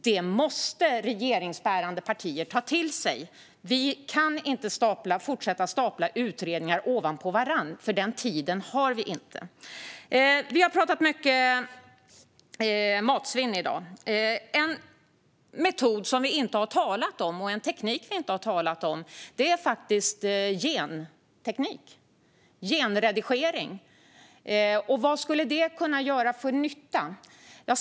Detta måste regeringsbärande partier ta till sig. Vi kan inte fortsätta att stapla utredningar på varandra, för den tiden har vi inte. Vi har pratat mycket matsvinn i dag. En metod och en teknik som vi dock inte har talat om är genteknik och genredigering. Vad skulle det då kunna göra för nytta?